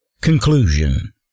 Conclusion